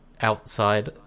outside